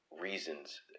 reasons